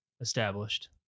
established